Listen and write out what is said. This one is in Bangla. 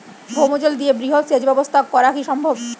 ভৌমজল দিয়ে বৃহৎ সেচ ব্যবস্থা করা কি সম্ভব?